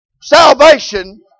salvation